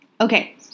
Okay